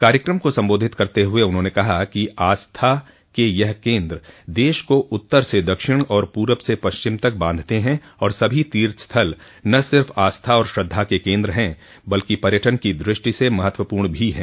कार्यकम को सम्बोधित करते हुए उन्होंने कहा कि आस्था के यह केन्द्र देश को उत्तर से दक्षिण और पूरब से पश्चिम तक बांधते हैं और सभी तीर्थ स्थल न सिर्फ़ आस्था और श्रद्धा के केन्द्र हैं बल्कि पर्यटन की दृष्टि से महत्वपूर्ण भी हैं